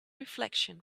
reflection